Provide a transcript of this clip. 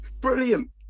Brilliant